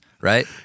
right